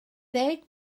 ddeng